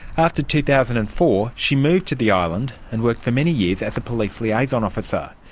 after two thousand and four, she moved to the island and worked for many years as a police liaison officer.